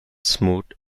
smoot